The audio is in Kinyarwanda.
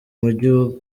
mujyi